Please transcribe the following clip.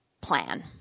plan